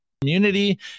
community